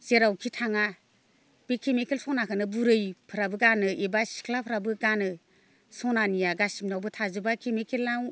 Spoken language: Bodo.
जेरावखि थाङा बे केमिकेल सनाखौनो बुरैफ्राबो गानो एबा सिख्लाफ्राबो गानो सनानिया गासैनावबो थाजोबा केमिकेला